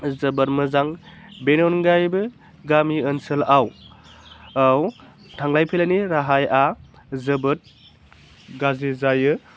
जोबोद मोजां बेनि अनगायैबो गामि ओनसोलावआव आव थांलाय फैलायनि राहाया जोबोद गाज्रि जायो